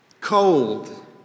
cold